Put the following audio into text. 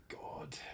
god